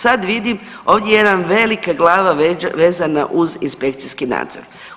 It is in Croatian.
Sad vidim ovdje jedan veliki glava vezana uz inspekcijski nadzor.